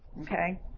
Okay